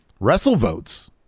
WrestleVotes